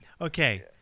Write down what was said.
okay